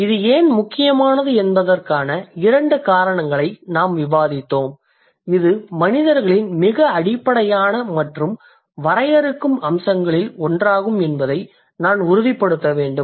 இது ஏன் முக்கியமானது என்பதற்கான இரண்டு காரணங்களை நாம் விவாதித்தோம் இது மனிதர்களின் மிக அடிப்படையான மற்றும் வரையறுக்கும் அம்சங்களில் ஒன்றாகும் என்பதை நான் உறுதிப்படுத்த வேண்டும்